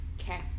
Okay